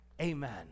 amen